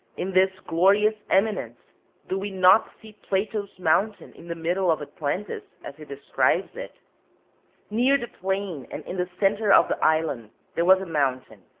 in this glorious eminence do we not see plato's mountain in the middle of atlantis, as he describes it near the plain and in the centre of the island there was a mountain,